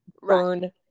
Burn